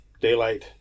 daylight